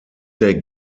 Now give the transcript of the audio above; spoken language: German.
der